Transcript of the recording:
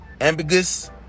Ambiguous